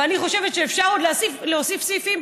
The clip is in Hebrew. ואני חושבת שאפשר להוסיף סעיפים,